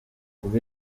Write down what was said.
ubwo